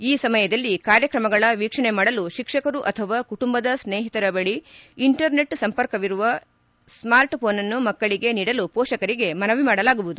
ಈ ಸಮಯದಲ್ಲಿ ಕಾರ್ಯಕ್ರಮಗಳ ವೀಕ್ಷಣೆ ಮಾಡಲು ಶಿಕ್ಷಕರು ಅಥವಾ ಕುಟುಂಬದ ಸ್ನೇಹಿತರ ಬಳಿ ಇಂಟರ್ ನೆಟ್ ಸಂಪರ್ಕವಿರುವ ಇರುವ ಸ್ಕಾರ್ಟ್ ಪೋನ್ಅನ್ನು ಮಕ್ಕಳಿಗೆ ನೀಡಲು ಪೋಷಕರಿಗೆ ಮನವಿ ಮಾಡಲಾಗುವುದು